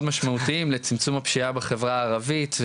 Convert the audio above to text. משמעותיים לצמצום הפשיעה בחברה הערבית.